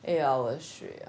eight hours straight